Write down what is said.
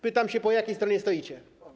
Pytam się: Po jakiej stronie stoicie?